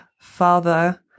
father